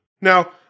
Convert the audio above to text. Now